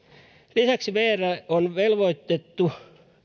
lisäksi vr on velvoitettu